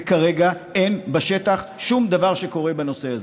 וכרגע אין בשטח שום דבר שקורה בנושא הזה.